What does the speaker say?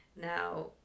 Now